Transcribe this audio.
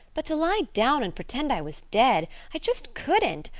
but to lie down and pretend i was dead i just couldn't.